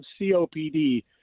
COPD